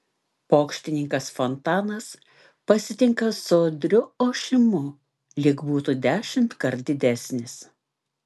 pokštininkas fontanas pasitinka sodriu ošimu lyg būtų dešimtkart didesnis